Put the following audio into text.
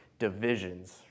divisions